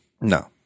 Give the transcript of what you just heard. No